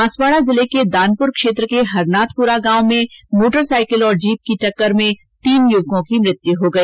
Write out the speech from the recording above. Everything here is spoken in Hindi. बांसवाड़ा जिले के दानपुर क्षेत्र के हरनाथपुरा गांव में मोटरसाइकिल और जीप की टक्कर में तीन युवकों की मृत्यु हो गई